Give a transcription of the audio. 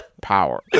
Power